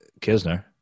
kisner